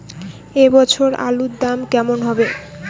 এ বছর আলুর দাম কেমন হবে?